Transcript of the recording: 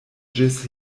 ĝis